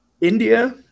India